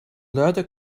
luide